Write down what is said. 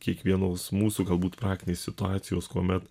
kiekvienos mūsų galbūt praktinės situacijos kuomet